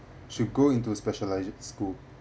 should go into specialised school